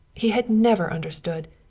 he had never understood.